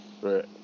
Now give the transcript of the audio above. Right